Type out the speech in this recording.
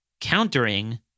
countering